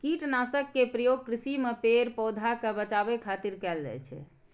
कीटनाशक के प्रयोग कृषि मे पेड़, पौधा कें बचाबै खातिर कैल जाइ छै